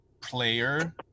player